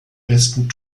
besten